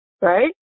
right